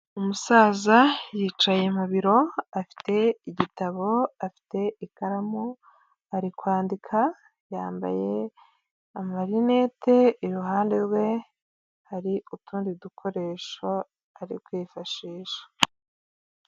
Umusaza yicaye mu biro, afite igitabo, afite ikaramu ari kwandika, yambaye amarinete, iruhande rwe hari utundi dukoresho ari kwifashisha.